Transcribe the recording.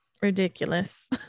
ridiculous